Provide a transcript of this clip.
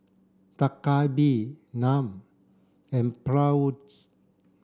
Dak Galbi Naan and Bratwurst